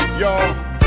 y'all